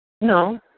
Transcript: No